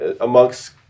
amongst